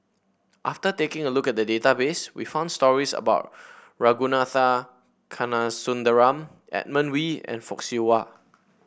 after taking a look at the database we found stories about Ragunathar Kanagasuntheram Edmund Wee and Fock Siew Wah